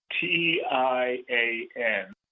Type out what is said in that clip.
T-I-A-N